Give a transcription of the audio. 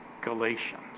galatians